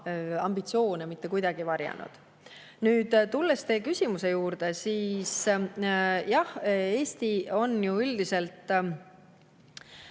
ambitsioone ka mitte kuidagi varjanud. Nüüd, tulles teie küsimuse juurde, siis jah, Eesti on ju üldiselt